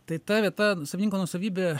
tai ta vieta savininko nuosavybe